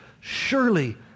surely